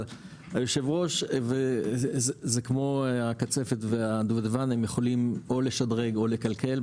אבל היושב-ראש זה כמו הקצפת יכולים או לשדרג או לקלקל.